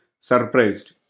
surprised